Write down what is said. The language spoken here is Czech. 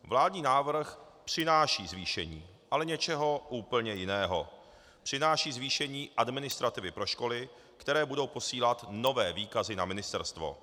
Vládní návrh přináší zvýšení, ale něčeho úplně jiného přináší zvýšení administrativy pro školy, které budou posílat nové výkazy na ministerstvo.